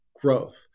growth